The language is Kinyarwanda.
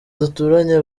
duturanye